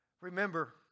Remember